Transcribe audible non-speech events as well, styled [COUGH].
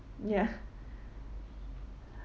ya [BREATH]